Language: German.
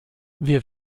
wir